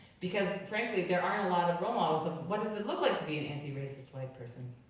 because frankly, there aren't a lot of role models of what does it look like to be an anti-racist white person?